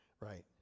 right